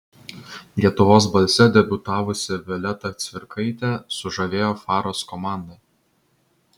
lietuvos balse debiutavusi violeta cvirkaitė sužavėjo faros komandą